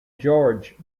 george